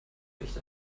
echt